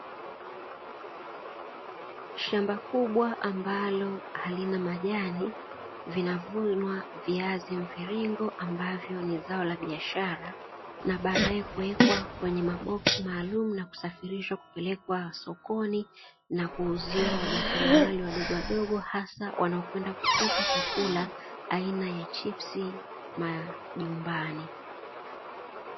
Shamba kubwa ambalo halina majani, vinavunwa viazi mviringo ambavyo ni zao la biashara na baadae kuwekwa kwenye maboksi maalumu na kusafirishwa kupelekwa sokoni na kuuziwa wajasiriamali wadogowadogo hasa wanaokwenda kupika chakula aina ya chipsi majumbani.